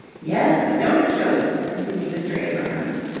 yes, but don't it show you? continued mr. abrahams,